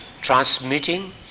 transmitting